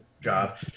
job